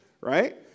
right